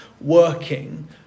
working